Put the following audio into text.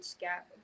gap